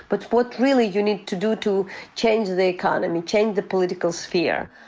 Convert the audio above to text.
but what really you need to do to change the economy, change the political sphere.